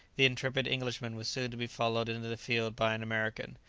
the intrepid englishman was soon to be followed into the field by an american,